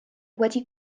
wedi